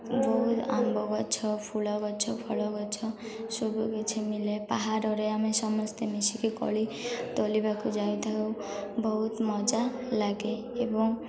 ବହୁତ ଆମ୍ବ ଗଛ ଫୁଲ ଗଛ ଫଳ ଗଛ ସବୁ କିଛି ମିଳେ ପାହାଡ଼ରେ ଆମେ ସମସ୍ତେ ମିଶିକି କୋଳି ତୋଳିବାକୁ ଯାଇ ଥାଉ ବହୁତ ମଜା ଲାଗେ ଏବଂ